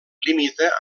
limita